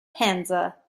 panza